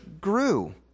grew